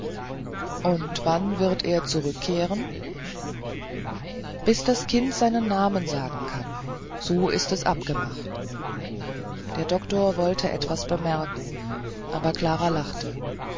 und wann wird er zurückkehren bis das kind seinen namen sagen kann so ist es abgemacht der doktor wollte etwas bemerken aber klara lachte